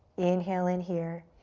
inhale in here.